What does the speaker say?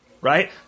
Right